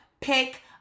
pick